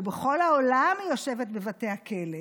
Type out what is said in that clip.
שבכל העולם היא יושבת בבתי הכלא,